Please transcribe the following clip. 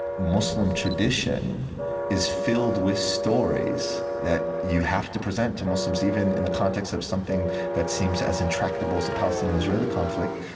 muslim tradition is filled with stories that you have to present to muslims, even in the context of something that seems as intractable as the palestinian-israeli conflict,